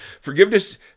forgiveness